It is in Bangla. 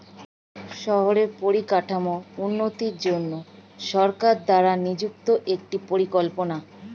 শহরের পরিকাঠামোর উন্নতির জন্য সরকার দ্বারা নিযুক্ত একটি পরিকল্পনা